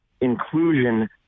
inclusion